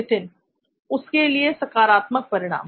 नित्थिन उसके के लिए सकारात्मक परिणाम